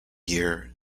year